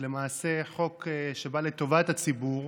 שלמעשה הוא חוק שבא לטובת הציבור,